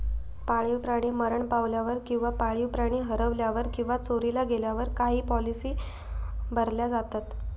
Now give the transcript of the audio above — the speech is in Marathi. पाळीव प्राणी मरण पावल्यावर किंवा पाळीव प्राणी हरवल्यावर किंवा चोरीला गेल्यावर काही पॉलिसी भरल्या जातत